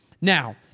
Now